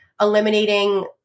eliminating